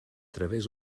través